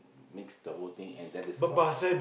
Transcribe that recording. mixed the whole thing and that is called